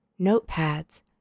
notepads